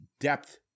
depth